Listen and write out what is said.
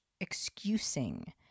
excusing